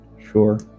sure